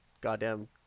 goddamn